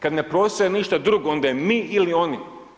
Kad ne preostaje ništa drugo onda je mi ili oni.